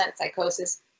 psychosis